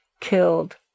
killed